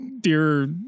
dear